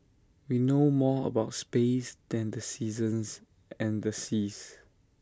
we know more about space than the seasons and the seas